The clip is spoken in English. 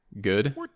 good